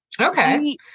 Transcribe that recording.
Okay